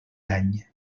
any